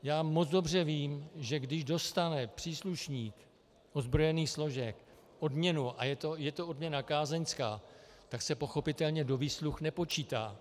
Já moc dobře vím, že když dostane příslušník ozbrojených složek odměnu a je to odměna kázeňská, tak se pochopitelně do výsluh nepočítá.